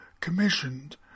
commissioned